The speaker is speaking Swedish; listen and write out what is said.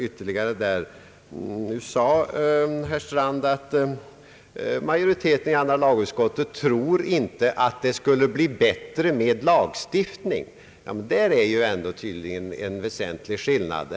Nu sade herr Strand att majoriteten i andra lagutskottet inte tror att det skulle bli bättre med lagstiftning. Men där är det ändå tydligen en väsentlig skillnad.